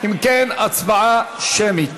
אם כן, הצבעה שמית.